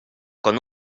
con